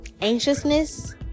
anxiousness